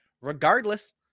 regardless